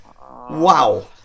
Wow